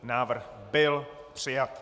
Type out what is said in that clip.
Návrh byl přijat.